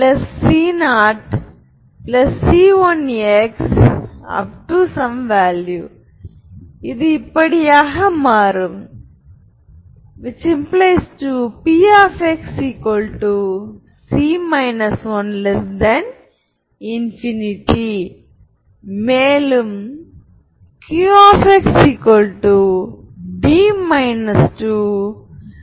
property 2 Hermitian மேட்ரிக்ஸின் eigenvector real என்ட்ரிகளைக் கொண்டுள்ளது